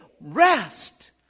rest